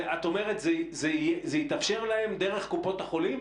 את אומרת שזה יתאפשר להם דרך קופות החולים?